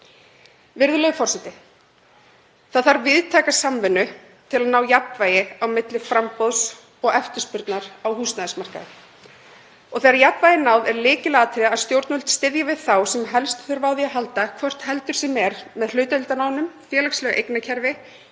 Virðulegur forseti. Það þarf víðtæka samvinnu til að ná jafnvægi á milli framboðs og eftirspurnar á húsnæðismarkaði og þegar jafnvægi er náð er lykilatriði að stjórnvöld styðji við þá sem helst þurfa á því að halda, hvort heldur sem er með hlutdeildarlánum, félagslegu eignarkerfi,